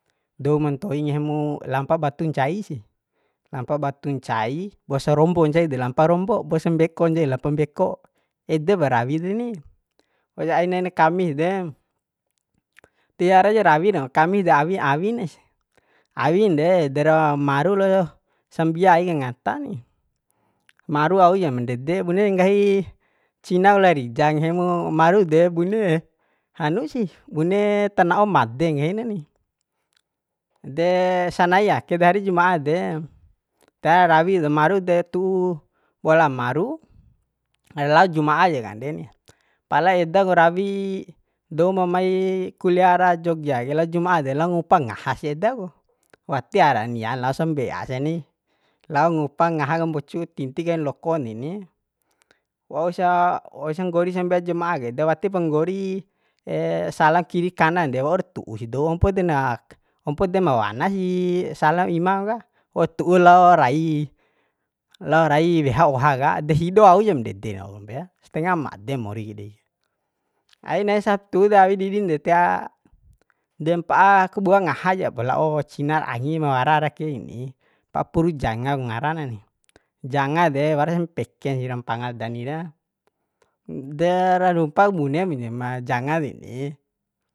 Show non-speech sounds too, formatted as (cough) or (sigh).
Douma ntoi ngahi mu lampa batu ncai si lampa batu ncai bausa rombo ncai ede lampa rombo buasa mbekon de lampa mbeko edep rawi deni wauja ainaina kamis de tiara ja rawi rau kamis de awi awi nasi awin de dera maru lo sambia ai kangata ni maru au ja mandede bune nggahi cinak la rija nggahi mu maru de bune hanu sih bune tana'o made ngahi na ni de sanai ake hari juma'a de tiara rawira maru de yu'u bola maru (hesitation) lao juma'a ja kande ni pala edaku rawi dou mo mai kuliah ara jogja ke lao juma'a de lao ngupa ngaha sih eda ku wati ara nia lao sambea sa ni lao ngupa ngaha kambocu tinti kain lokon deni wausa wausa nggori sambea jema'a ka eda watipo nggori (hesitation) sala kiri kanan de waura tu'u sih dou ampo na ompo ma wana sih sala imam ka wau tu'u lao rai (hesitation) lao rai weha oha ka de hido auja mandede lalom re stenga made mori ke dei aina sabtu awi didin de tia (hesitation) de mpa'a kabua ngaha japo la'o cinar angi ma wara ara ake keni mpa'a puru janga ku ngaranani janga de waras mpeken si rampanga dani re (hesitation) de ra rumpa bune (hesitation) ma janga deni